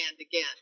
again